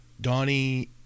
Donnie